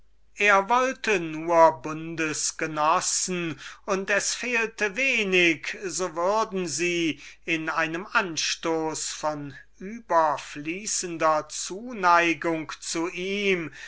er wollte nur bundsgenossen und es fehlte wenig so würden sie in einem anstoß von überfließender zuneigung zu ihm